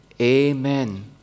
Amen